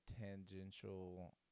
tangential